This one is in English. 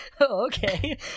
okay